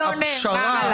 אני לא מקבל את הגישה הזאת.